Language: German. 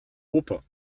oper